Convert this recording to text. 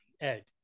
Ed